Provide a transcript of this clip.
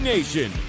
Nation